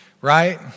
right